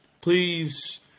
please